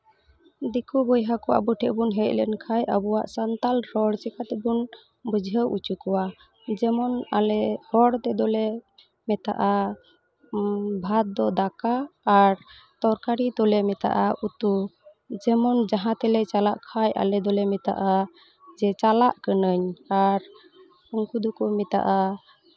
ᱫᱤᱠᱩ ᱵᱚᱭᱦᱟ ᱠᱚ ᱟᱵᱚᱣᱟᱜ ᱠᱚ ᱦᱮᱡ ᱞᱮᱱᱠᱷᱟᱡ ᱟᱵᱚᱣᱟᱜ ᱥᱟᱱᱛᱟᱲ ᱨᱚᱲ ᱪᱤᱠᱟ ᱛᱮᱵᱚᱱ ᱵᱩᱡᱷᱟᱹᱣ ᱦᱚᱪᱚ ᱠᱚᱣᱟ ᱡᱮᱢᱚᱱ ᱟᱞᱮ ᱦᱚᱲ ᱛᱮᱫᱚ ᱞᱮ ᱢᱮᱛᱟᱜᱼᱟ ᱵᱷᱟᱛ ᱫᱚ ᱫᱟᱠᱟ ᱟᱨ ᱛᱚᱨᱠᱟᱨᱤ ᱫᱚᱞᱮ ᱢᱮᱛᱟᱜᱼᱟ ᱩᱛᱩ ᱡᱮᱢᱚᱱ ᱡᱟᱦᱟᱸ ᱛᱮᱞᱮ ᱪᱟᱞᱟᱜ ᱠᱷᱟᱡ ᱟᱞᱮ ᱫᱚᱞᱮ ᱢᱮᱛᱟᱫᱼᱟ ᱡᱮ ᱪᱟᱞᱟᱜ ᱠᱟᱹᱱᱟᱹᱧ ᱟᱨ ᱩᱱᱠᱩ ᱫᱚᱠᱚ ᱢᱮᱛᱟᱫᱼᱟ